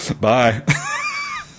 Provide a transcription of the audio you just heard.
bye